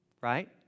right